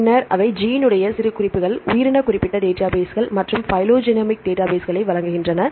பின்னர் அவை ஜீன் உடைய சிறுகுறிப்புகள் உயிரின குறிப்பிட்ட டேட்டாபேஸ் மற்றும் பைலோஜெனோமிக் டேட்டாபேஸ்களை வழங்குகின்றன